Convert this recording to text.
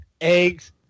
eggs